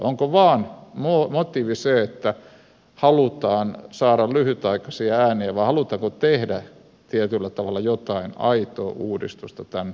onko vain motiivi se että halutaan saada lyhytaikaisia ääniä vai halutaanko tehdä tietyllä tavalla jotain aitoa uudistusta tämän eteen